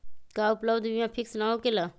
का उपलब्ध बीमा फिक्स न होकेला?